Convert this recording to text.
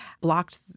blocked